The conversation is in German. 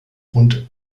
rund